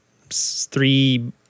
three